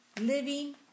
living